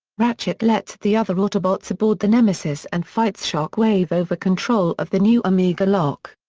ratchet lets the other autobots aboard the nemesis and fights shockwave over control of the new omega lock.